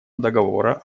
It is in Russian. договора